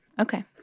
Okay